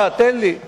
זה נחסם, דקה, תן לי.